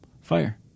fire